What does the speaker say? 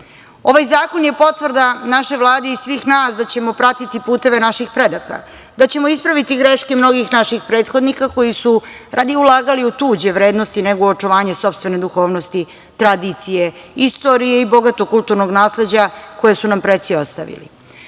cenu. Ovaj zakon je potvrda našoj Vladi i svih nas da ćemo pratiti puteve naših predaka, da ćemo ispraviti greške mnogih naših prethodnika koji su radije ulagali u tuđe vrednosti nego u očuvanje sopstvene duhovnosti, tradicije, istorije i bogatog kulturnog nasleđa koje su nam preci ostavili. Ponosna